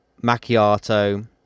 macchiato